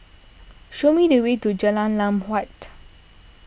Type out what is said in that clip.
show me the way to Jalan Lam Huat